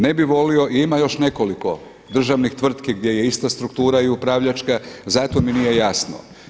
Ne bi volio, ima još nekoliko državnih tvrtki gdje je ista struktura i upravljačka zato mi nije jasno.